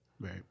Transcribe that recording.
Right